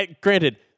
granted